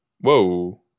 Whoa